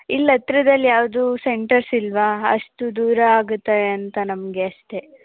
ಇಲ್ಲಿ ಹತ್ರದಲ್ ಯಾವುದೂ ಸೆಂಟರ್ಸ್ ಇಲ್ಲವಾ ಅಷ್ಟು ದೂರ ಆಗುತ್ತೆ ಅಂತ ನಮಗೆ ಅಷ್ಟೇ